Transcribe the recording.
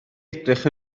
edrych